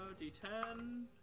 d10